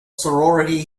sorority